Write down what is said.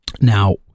Now